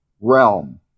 realm